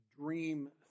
dream